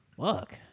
Fuck